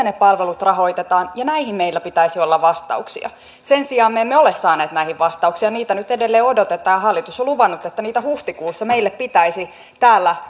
ne palvelut rahoitetaan ja näihin meillä pitäisi olla vastauksia sen sijaan me emme ole saaneet näihin vastauksia niitä nyt edelleen odotetaan ja hallitus on luvannut että niitä huhtikuussa meille pitäisi täällä